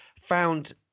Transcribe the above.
found